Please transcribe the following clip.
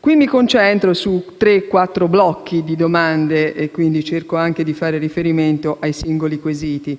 caso mi concentrerò su tre o quattro blocchi di domande, cercando anche di far riferimento ai singoli quesiti.